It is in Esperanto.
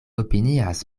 opinias